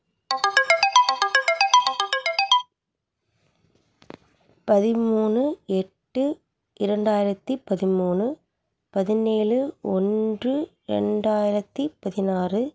பதிமூணு எட்டு இரண்டாயிரத்து பதிமூணு பதினேழு ஒன்று ரெண்டாயிரத்து பதினாறு